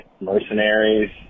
mercenaries